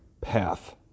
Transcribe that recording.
path